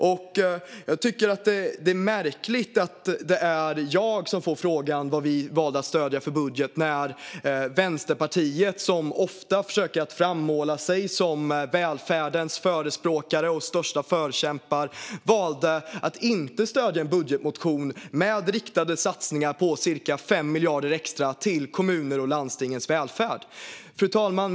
Jag tycker att det är märkligt att det är jag som får frågan om den budget vi valde att stödja när Vänsterpartiet, som ofta försöker att framställa sig som välfärdens förespråkare och dess största förkämpar, valde att inte stödja en budgetmotion med riktade satsningar på ca 5 miljarder extra till kommunernas och landstingens välfärd. Fru talman!